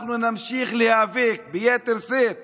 אנחנו נמשיך להיאבק ביתר שאת